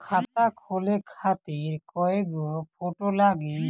खाता खोले खातिर कय गो फोटो लागी?